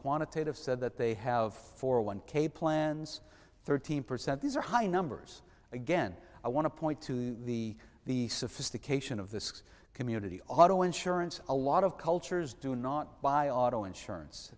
quantitative said that they have four one k plans thirteen percent these are high numbers again i want to point to the the sophistication of the community auto insurance a lot of cultures do not buy auto insurance